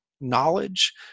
knowledge